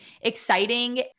exciting